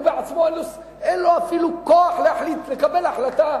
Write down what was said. הוא בעצמו, אין לו אפילו כוח לקבל החלטה.